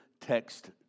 text